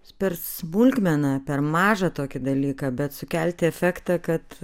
per smulkmeną per mažą tokį dalyką bet sukelti efektą kad